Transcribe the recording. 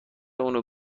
اونو